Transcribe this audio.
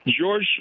George